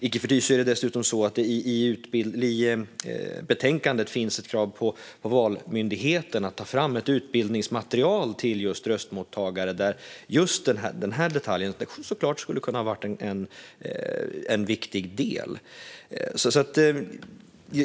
Icke förty är det dessutom så att det i betänkandet finns ett krav på Valmyndigheten att ta fram ett utbildningsmaterial till just röstmottagare där just den här detaljen såklart skulle ha kunnat vara en viktig del.